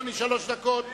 אחריו,